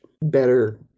better